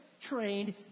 trained